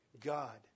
God